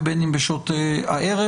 בין אם בשעות הצוהריים או בין אם בשעות הערב.